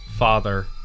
father